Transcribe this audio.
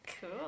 cool